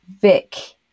Vic